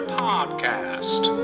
podcast